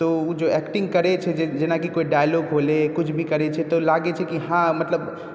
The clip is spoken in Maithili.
तो ओ जे एक्टिंग करै छै जेनाकि कोई डायलॉग हो गेलै किछु भी करै छै तऽ लागै छै कि हँ मतलब